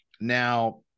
Now